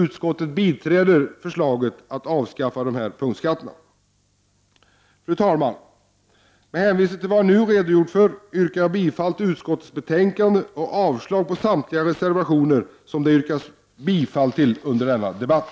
Utskottet biträder förslaget i propositionen att avskaffa de nu angivna punktskatterna. Fru talman! Med hänvisning till vad jag redogjort för yrkar jag bifall till utskottets hemställan och avslag på samtliga reservationer som det yrkats bifall till under denna debatt.